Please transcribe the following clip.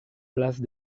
place